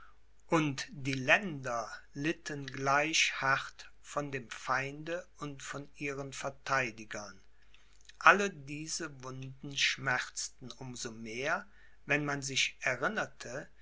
und die länder litten gleich hart von dem feinde und von ihren verteidigern alle diese wunden schmerzten um so mehr wenn man sich erinnerte